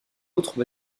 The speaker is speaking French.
autre